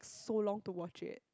so long to watch it